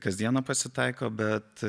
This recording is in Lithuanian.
kasdieną pasitaiko bet